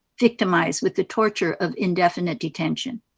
victimized with the torture of indefinite detention.